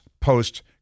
post